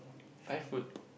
five food